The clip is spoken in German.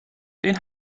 den